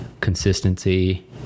consistency